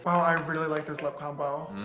wow, i really like this lip combo.